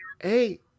hey